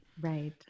Right